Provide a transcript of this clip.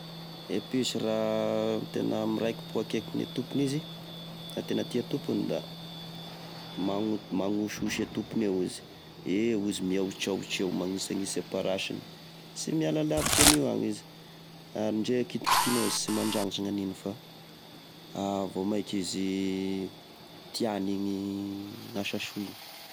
E piso raha tena miraiki-po akaiky gne tompony izy raha tena tia e tompony da magno- magnosiosy e tompony eo izy, eo izy miaotraotra eo magnisainsa e parasiny sy miala lavitry anio agny izy! Ary ndre kitikitinao izy sy mandragnitry gnaniny fa vao maiky izy tiany igny asa soa igny.